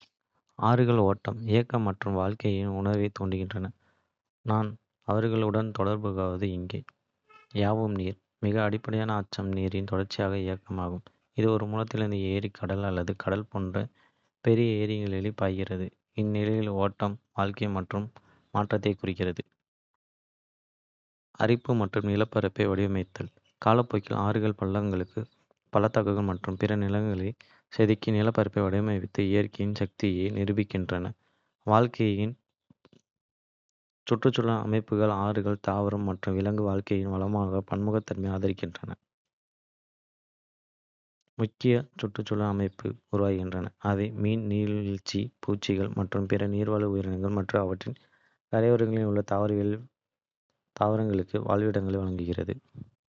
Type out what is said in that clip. ஆறுகள் ஓட்டம், இயக்கம் மற்றும் வாழ்க்கையின் உணர்வைத் தூண்டுகின்றன. நான் அவர்களுடன் தொடர்புபடுத்துவது இங்கே. பாயும் நீர்: மிக அடிப்படையான அம்சம் நீரின் தொடர்ச்சியான இயக்கமாகும், இது ஒரு மூலத்திலிருந்து ஏரி, கடல் அல்லது கடல் போன்ற பெரிய நீர்நிலைக்கு பாய்கிறது. இந்த நிலையான ஓட்டம். வாழ்க்கை மற்றும் மாற்றத்தை குறிக்கிறது. அரிப்பு மற்றும் நிலப்பரப்பை வடிவமைத்தல் காலப்போக்கில், ஆறுகள் பள்ளத்தாக்குகள், பள்ளத்தாக்குகள் மற்றும் பிற நிலத்தோற்றங்களை செதுக்கி, நிலப்பரப்பை வடிவமைத்து இயற்கையின் சக்தியை நிரூபிக்கின்றன. வாழ்க்கை மற்றும் சுற்றுச்சூழல் அமைப்புகள்: ஆறுகள் தாவர மற்றும் விலங்கு வாழ்க்கையின் வளமான பன்முகத்தன்மையை ஆதரிக்கின்றன, முக்கிய சுற்றுச்சூழல் அமைப்புகளை. உருவாக்குகின்றன. அவை மீன்கள், நீர்வீழ்ச்சிகள், பூச்சிகள் மற்றும் பிற நீர்வாழ் உயிரினங்கள் மற்றும் அவற்றின் கரையோரங்களில் உள்ள தாவரங்களுக்கு வாழ்விடங்களை வழங்குகின்றன.